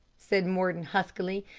said mordon huskily,